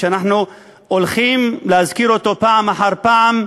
שאנחנו הולכים להזכיר אותו פעם אחר פעם,